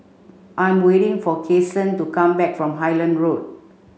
I'm waiting for Kason to come back from Highland Road